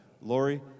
Lori